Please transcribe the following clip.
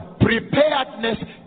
preparedness